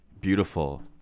Beautiful